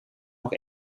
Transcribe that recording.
nog